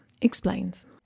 explains